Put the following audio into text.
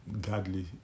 godly